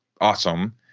awesome